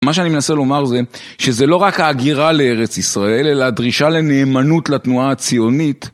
מה שאני מנסה לומר זה שזה לא רק ההגירה לארץ ישראל אלא הדרישה לנאמנות לתנועה הציונית